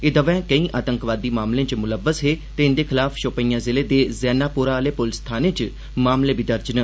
एह् दवै केई आतंकवादी मामलें च मुलव्वस हे ते इंदे खलाफ शोपियां जिले दे जैनापोरा आहले पुलस थाने च मामले बी दर्ज न